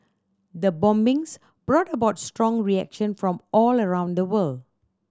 the bombings brought about strong reaction from all around the world